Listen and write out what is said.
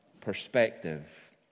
perspective